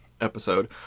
episode